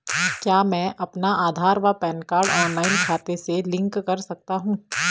क्या मैं अपना आधार व पैन कार्ड ऑनलाइन खाते से लिंक कर सकता हूँ?